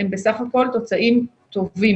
הם בסך הכול תוצאים טובים.